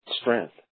strength